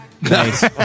Nice